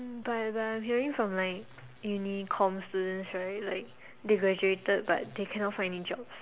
but but I hearing from like uni comm students right like they graduated but they cannot find any jobs